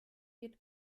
wird